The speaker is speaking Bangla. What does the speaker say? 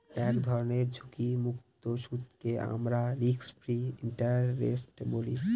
কোনো ধরনের ঝুঁকিমুক্ত সুদকে আমরা রিস্ক ফ্রি ইন্টারেস্ট বলি